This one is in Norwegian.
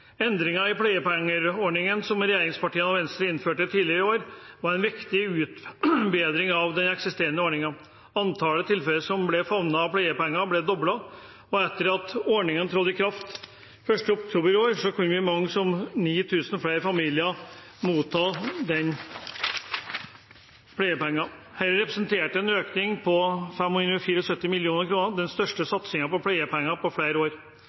Endringen i pleiepengeordningen som regjeringspartiene og Venstre innførte tidligere i år, var en viktig forbedring av den eksisterende ordningen. Antall tilfeller som ble favnet av pleiepenger, ble doblet, og etter at ordningen trådte i kraft den 1. oktober i år, kunne så mange som 9 000 flere familier motta pleiepenger. Dette representerte en økning på 574 mill. kr. Det er den største satsingen på pleiepenger på flere år.